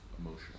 emotional